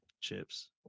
chips